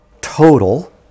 total